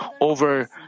over